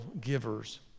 givers